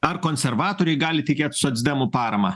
ar konservatoriai gali tikėt socdemų parama